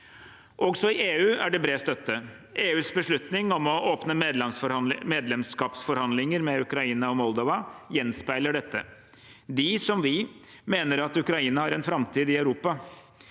Også i EU er det bred støtte. EUs beslutning om å åpne medlemskapsforhandlinger med Ukraina og Moldova gjenspeiler dette. De, som vi, mener at Ukraina har en framtid i Europa.